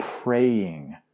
praying